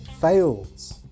fails